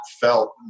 felt